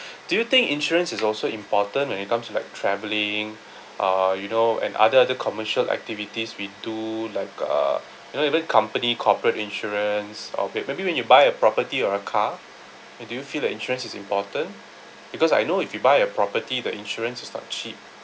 do you think insurance is also important when it comes to like travelling uh you know and other other commercial activities we do like uh you know even company corporate insurance okay maybe when you buy a property or a car do you feel the insurance is important because I know if you buy a property the insurance is not cheap